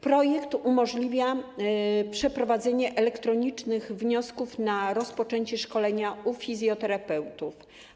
Projekt umożliwia przeprowadzenie elektronicznych wniosków o rozpoczęcie szkolenia u fizjoterapeutów.